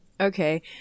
Okay